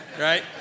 right